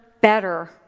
better